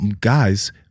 guys